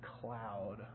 cloud